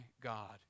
God